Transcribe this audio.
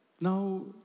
Now